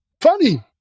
funny